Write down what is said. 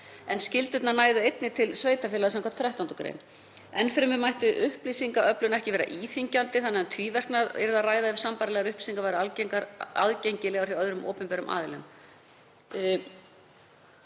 en skyldurnar næðu einnig til sveitarfélaga samkvæmt 13. gr. Enn fremur mætti upplýsingaöflun ekki vera íþyngjandi þannig að um tvíverknað yrði að ræða ef sambærilegar upplýsingar væru aðgengilegar hjá öðrum opinberum aðilum.